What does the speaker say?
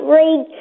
read